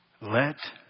Let